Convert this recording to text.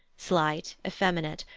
slight, effeminate,